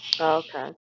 Okay